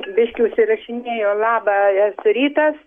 biškį užsirašinėju labas rytas